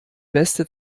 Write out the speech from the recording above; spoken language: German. beste